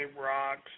rocks